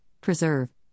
preserve